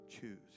choose